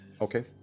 okay